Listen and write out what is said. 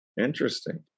Interesting